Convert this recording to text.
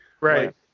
Right